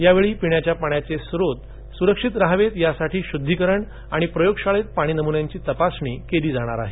यावेळी पिण्याच्या पाण्याचे स्त्रोत सुरक्षित राहावेत यासाठी शुद्दीकरण आणि प्रयोगशाळेत पाणी नमून्यांची तपासणी केली जाणार आहे